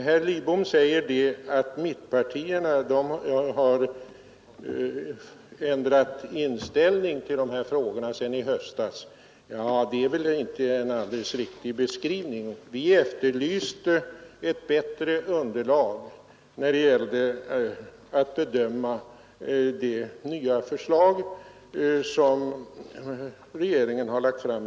Herr Lidbom sade att mittpartierna har ändrat inställning 14 december 1972 till dessa frågor sedan i höstas, men det var väl inte en helt riktig — beskrivning. Vi efterlyste ett bättre underlag för att kunna bedöma det nya förslag som regeringen här har lagt fram.